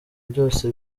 byose